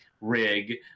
rig